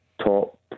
top